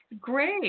Great